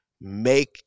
make